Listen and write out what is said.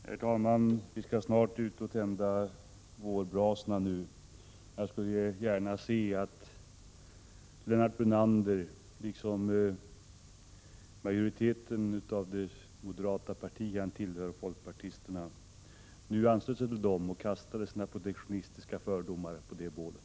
Herr talman! Vi skall snart ut och tända vårbrasorna. Jag skulle gärna se att Lennart Brunander, liksom majoriteten av det parti som han tillhör, nu ansluter sig till folkpartisterna och kastar sina protektionistiska fördomar på bålet.